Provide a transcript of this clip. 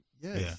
yes